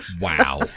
Wow